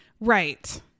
Right